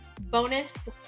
bonus